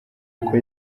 uko